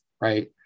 right